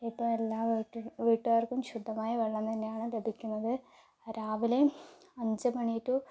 ഇപ്പോൾ എല്ലാ വീട്ടിലും വീട്ടുകാർക്കും ശുദ്ധമായ വെള്ളം തന്നെയാണ് ലഭിക്കുന്നത് രാവിലെയും അഞ്ച് മണി ടൂ